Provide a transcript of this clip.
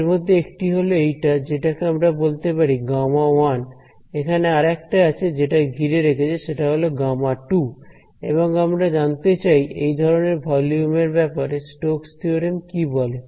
এর মধ্যে একটা হল এইটা এটাকে আমরা বলতে পারি Γ1 এখানে আরেকটা আছে যেটা ঘিরে রেখেছে সেটা হলো Γ2 এবং আমরা জানতে চাই এই ধরনের ভলিউম এর ব্যাপারে স্টোকস থিওরেম Stoke's theorem কি বলে